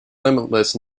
limitless